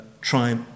try